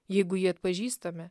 jeigu jį atpažįstame